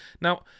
Now